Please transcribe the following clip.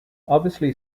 obviously